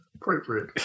Appropriate